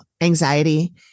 anxiety